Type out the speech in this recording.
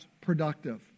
productive